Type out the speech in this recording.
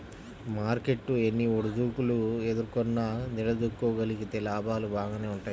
market ఎన్ని ఒడిదుడుకులు ఎదుర్కొన్నా నిలదొక్కుకోగలిగితే లాభాలు బాగానే వుంటయ్యి